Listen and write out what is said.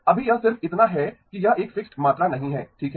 अभी यह सिर्फ इतना है कि यह एक फिक्स्ड मात्रा नहीं है ठीक है